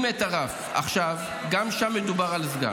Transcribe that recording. גם שם מדובר על סגן.